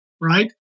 right